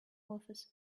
office